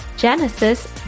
Genesis